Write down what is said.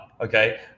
okay